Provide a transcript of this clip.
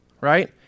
right